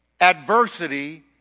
adversity